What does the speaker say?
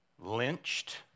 lynched